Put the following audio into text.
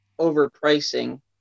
overpricing